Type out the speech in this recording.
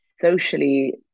socially